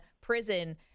prison